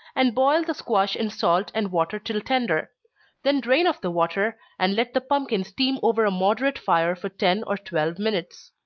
and boil the squash in salt and water till tender then drain off the water, and let the pumpkin steam over a moderate fire for ten or twelve minutes.